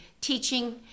teaching